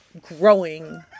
growing